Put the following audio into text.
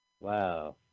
Wow